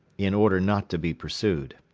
in order not to be pursued.